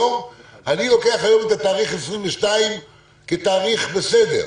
אני לוקח היום את התאריך 22 כתאריך בסדר.